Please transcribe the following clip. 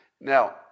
Now